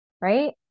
right